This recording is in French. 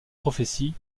prophéties